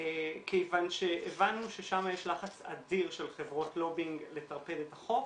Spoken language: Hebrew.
כיוון שהבנו ששם יש לחץ אדיר של חברות לובינג לטרפד את החוק